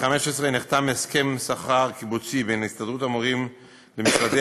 נחתם הסכם שכר קיבוצי בין הסתדרות המורים למשרדי